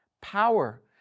Power